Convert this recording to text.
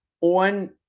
on